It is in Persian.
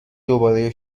دوباره